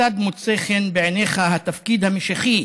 כיצד מוצא חן בעיניך התפקיד המשיחי